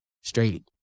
straight